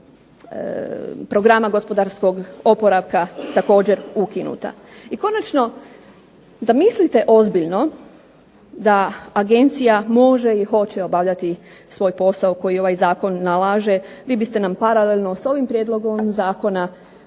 I konačno da mislite ozbiljno da Agencija može i hoće obavljati svoj posao koji ovaj Zakon nalaže vi biste nam paralelno sa ovim prijedlogom zakona ponudili